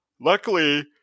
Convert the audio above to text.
Luckily